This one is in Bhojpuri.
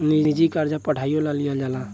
निजी कर्जा पढ़ाईयो ला लिहल जाला